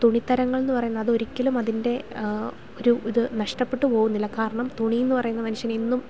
തുണിത്തരങ്ങൾ എന്നു പറയുന്നത് അതൊരിക്കലും അതിൻ്റെ ഒരു ഇത് നഷ്ടപ്പെട്ടു പോകുന്നില്ല കാരണം തുണി എന്നു പറയുന്ന മനുഷ്യന് എന്നും